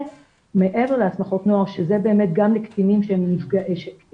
מעבר להסמכות נוער, שזה גם לקטינים פוגעים,